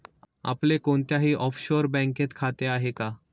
आपले कोणत्याही ऑफशोअर बँकेत खाते आहे का?